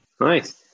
Nice